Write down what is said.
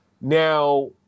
Now